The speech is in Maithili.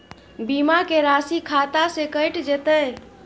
बीमा के राशि खाता से कैट जेतै?